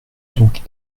donc